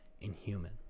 inhuman